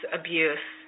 abuse